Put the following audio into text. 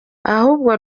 ahubwo